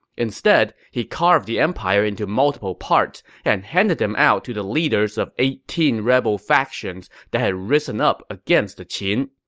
instead, he carved the empire into multiple parts and handed them out to the leaders of eighteen rebel factions that had risen up against the qin.